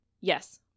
yes